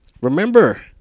Remember